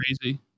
crazy